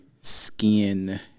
skin